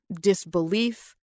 disbelief